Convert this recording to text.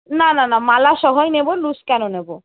না না না মালাসহই নেবো লুজ কেন নেবো